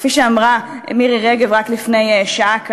כפי שאמרה מירי רגב רק לפני שעה קלה.